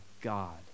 god